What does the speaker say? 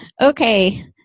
Okay